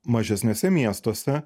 mažesniuose miestuose